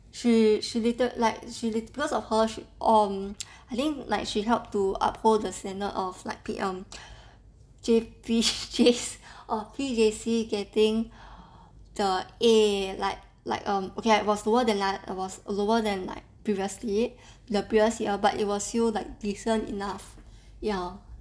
she she liter~ like she liter~ because of how um I think like she help to uphold the standard of like P~ um J_P_J uh P_J_C getting the A like like um okay I was lower I was lower than like previously the previous year but it was still like decent enough ya